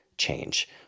change